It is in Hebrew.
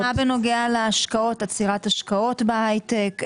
מה בעניין עצירת השקעות בהייטק,